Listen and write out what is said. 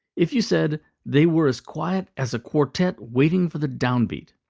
if you said, they were as quiet as a quartet waiting for the downbeat,